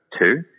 two